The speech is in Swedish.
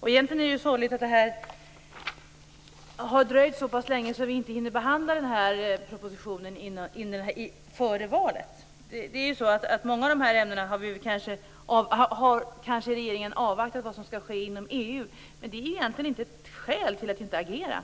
Det är egentligen sorgligt att det har dröjt så pass länge att vi inte hinner behandla propositionen före valet. I många av dessa ämnen har regeringen kanske avvaktat vad som skall ske inom EU. Men det är inte ett skäl till att inte agera.